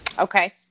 Okay